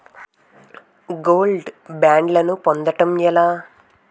Gold బ్యాండ్లను పొందటం ఎలా?